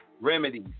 remedies